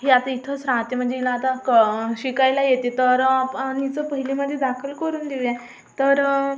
ही आता इथंच राहते म्हणजे हिला आता कं शिकायला येते तर प हिचं पहिलीमध्ये दाखल करून देऊ या तर